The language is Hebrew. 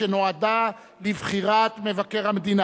שנועדה לבחירת מבקר המדינה.